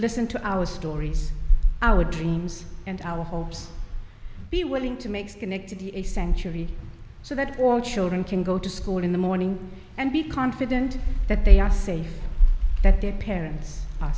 listen to our stories our dreams and our hopes be willing to make schenectady a century so that all children can go to school in the morning and be confident that they are safe that their parents